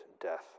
death